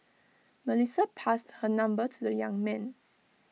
Melissa passed her number to the young man